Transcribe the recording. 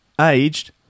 Aged